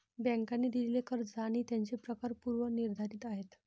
बँकांनी दिलेली कर्ज आणि त्यांचे प्रकार पूर्व निर्धारित आहेत